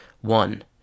One